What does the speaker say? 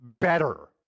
better